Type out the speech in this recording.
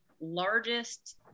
largest